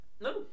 No